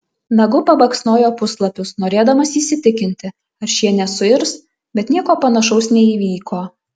nagu pabaksnojo puslapius norėdamas įsitikinti ar šie nesuirs bet nieko panašaus neįvyko